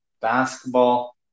Basketball